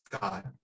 God